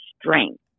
strength